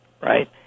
Right